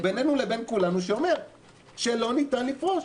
-- בינינו לבין כולנו שאומר שלא ניתן לפרוש,